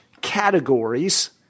categories